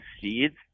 Seeds